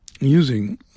using